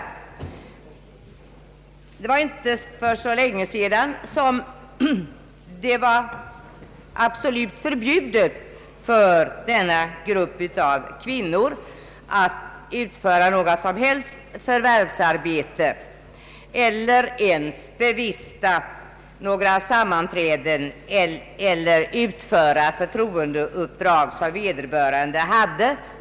Det är inte så länge sedan det var absolut förbjudet för denna grupp av kvinnor att utföra något som helst förvärvsarbete eller ens bevista sammanträden eller arbeta med förtroendeuppdrag under de 180 dagar, som hon uppbar tilläggssjukpenning.